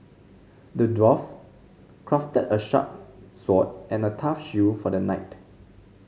the dwarf crafted a sharp sword and a tough shield for the knight